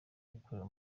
ikorera